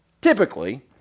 typically